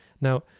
now